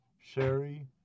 Sherry